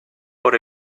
por